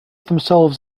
themselves